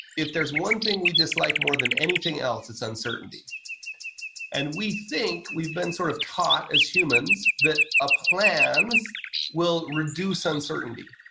if there's one thing we dislike more than anything else is uncertainty and we think we've been sort of taught as humans that a plan will reduce uncertainty